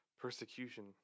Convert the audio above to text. persecution